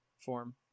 form